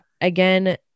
again